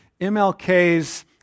MLK's